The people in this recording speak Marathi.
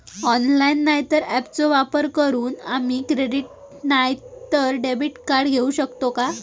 ऑनलाइन नाय तर ऍपचो वापर करून आम्ही क्रेडिट नाय तर डेबिट कार्ड घेऊ शकतो का?